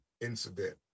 incident